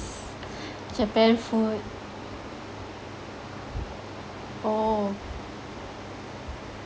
yes japan food oh